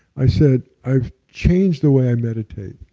i said, i've changed the way i meditate.